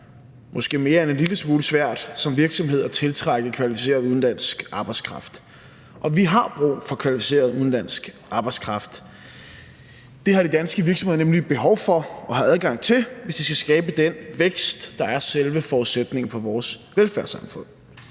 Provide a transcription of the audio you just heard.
måske mere end en lille smule svært som virksomhed at tiltrække kvalificeret udenlandsk arbejdskraft. Og vi har brug for kvalificeret udenlandsk arbejdskraft. Det har de danske virksomheder nemlig behov for at have adgang til, hvis de skal skabe den vækst, der er selve forudsætningen for vores velfærdssamfund.